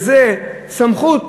שנותן סמכות,